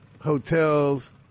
hotels